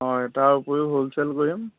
হয় তাৰ উপৰিও হ'লছেল কৰিম